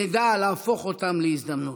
נדע להפוך אותו להזדמנות.